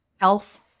health